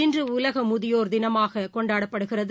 இன்றுஉலகமுதியோர் தினம் கொண்டாடப்படுகிறது